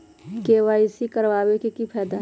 KYC करवाबे के कि फायदा है?